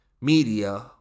media